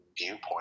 viewpoint